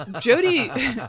Jody